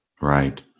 Right